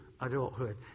adulthood